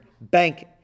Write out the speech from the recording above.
Bank